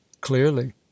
clearly